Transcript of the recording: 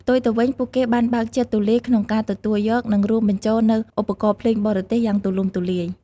ផ្ទុយទៅវិញ ពួកគេបានបើកចិត្តទូលាយក្នុងការទទួលយក និងរួមបញ្ចូលនូវ ឧបករណ៍ភ្លេងបរទេស យ៉ាងទូលំទូលាយ។